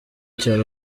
cya